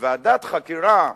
כשוועדת חקירה,